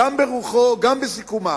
גם ברוחו, גם בסיכומיו,